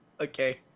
Okay